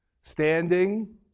standing